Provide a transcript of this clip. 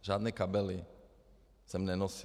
Žádné kabely jsem nenosil.